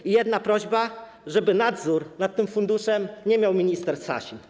I jedna prośba: żeby nadzoru nad tym funduszem nie miał minister Sasin.